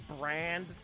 brand